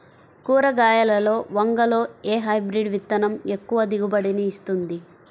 కూరగాయలలో వంగలో ఏ హైబ్రిడ్ విత్తనం ఎక్కువ దిగుబడిని ఇస్తుంది?